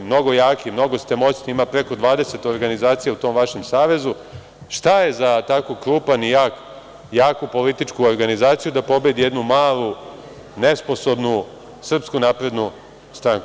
Mnogo ste jaki, mnogo ste moćni, ima preko 20 organizacija u tom vašem savezu, šta je za tako krupnu i jaku političku organizaciju da pobedi jednu malu, nesposobnu, SNS.